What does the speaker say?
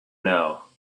now